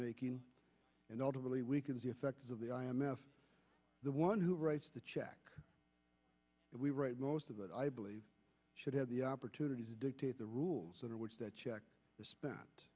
making and ultimately weakens the effects of the i m f the one who writes the check that we write most of it i believe should have the opportunity to dictate the rules under which that check spent